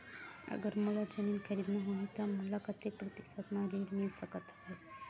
अगर मोला जमीन खरीदना होही त मोला कतेक प्रतिशत म ऋण मिल सकत हवय?